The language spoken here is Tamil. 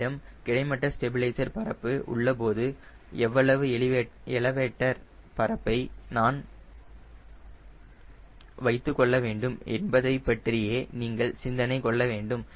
என்னிடம் கிடைமட்ட ஸ்டெபிலைசர் பரப்பு உள்ளபோது எவ்வளவு எலவேட்டர் பரப்பை நான் வைத்துக்கொள்ள வேண்டும் என்பதைப் பற்றியே நீங்கள் சிந்தனை கொள்ள வேண்டும்